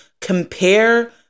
compare